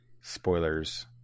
spoilers